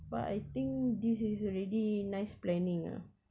but I think this is already nice planning ah